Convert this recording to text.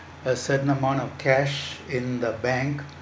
a certain amount of cash in the bank